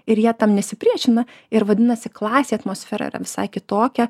ir jie tam nesipriešina ir vadinasi klasė atmosfera visai kitokia